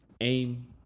aim